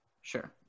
Sure